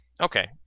Okay